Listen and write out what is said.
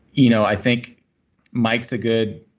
you know i think mike's a good